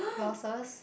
losses